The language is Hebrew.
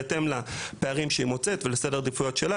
בהתאם לפערים שהיא מוצאת ולסדר העדיפויות שלה,